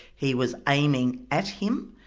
he was aiming at him,